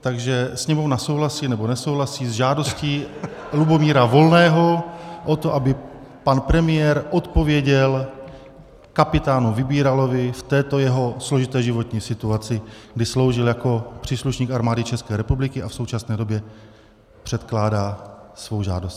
Takže Sněmovna souhlasí, nebo nesouhlasí s žádostí Lubomíra Volného o to, aby pan premiér odpověděl kapitánu Vybíralovi v této jeho složité životní situaci, kdy sloužil jako příslušník Armády České republiky, a v současné době předkládá svou žádost.